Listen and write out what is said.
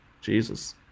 Jesus